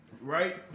Right